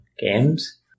games